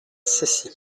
cessy